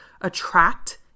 Attract